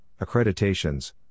accreditations